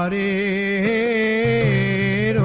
a